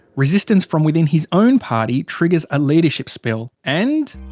resistance from within his own party triggers a leadership spill, and.